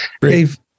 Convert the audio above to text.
Dave